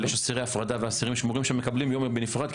אבל יש אסירי הפרדה ואסירים שמורים שמקבלים יום בנפרד כי